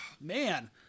man